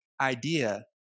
idea